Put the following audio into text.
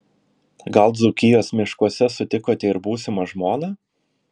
gal dzūkijos miškuose sutikote ir būsimą žmoną